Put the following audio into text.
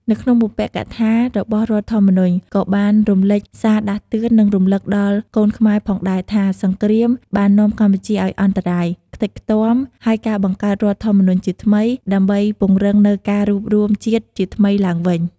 នៅក្នុងបុព្វកថារបស់រដ្ឋធម្មនុញ្ញ ក៏បានរំលេចសារដាស់តឿន និងរំលឹកដល់កូនខ្មែរផងដែរថា សង្រ្គាមបាននាំកម្ពុជាឲ្យអន្តរាយ ខ្ទេចខ្ទាំ ហើយការបង្កើតរដ្ឋធម្មនុញ្ញជាថ្មី ដើម្បីពង្រឹងនូវការរួបរួមជាតិជាថ្មីឡើងវិញ។